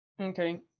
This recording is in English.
okay